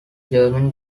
germany